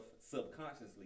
subconsciously